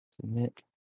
Submit